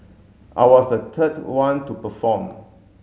I was the third one to perform